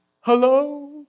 Hello